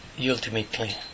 Ultimately